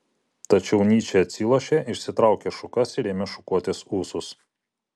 tačiau nyčė atsilošė išsitraukė šukas ir ėmė šukuotis ūsus